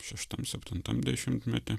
šeštam septintam dešimtmety